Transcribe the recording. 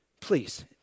Please